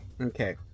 Okay